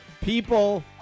People